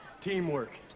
Teamwork